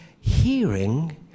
hearing